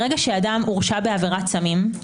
כשאדם הורשע בעבירת סמים,